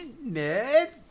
Ned